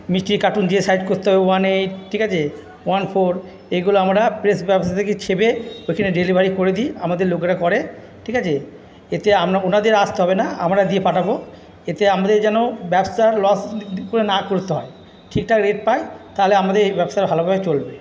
মিষ্টির কার্টন যে সাইড করতে হবে মানে ওয়ানে ঠিক আছে ওয়ান ফোর এগুলো আমরা প্রেস ব্যবসা থেকে ছেপে ওখানে ডেলিভারি করে দিই আমাদের লোকেরা করে ঠিক আছে এতে আমরা ওনাদের আসতে হবে না আমরা দিয়ে পাঠাবো এতে আমাদের যেন ব্যবসার লস না করতে হয় ঠিকঠাক রেট পায় তাহলে আমাদের এই ব্যবসা ভালোভাবে চলবে